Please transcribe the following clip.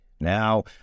Now